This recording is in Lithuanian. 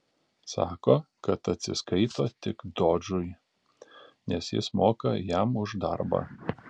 sako kad atsiskaito tik dožui nes jis moka jam už darbą